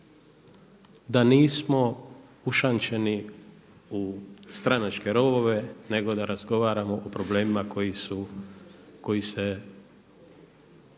da nismo ušančeni u stranačke rovove nego da razgovaramo o problemima koji se tiču